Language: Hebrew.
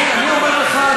אני אומר לך,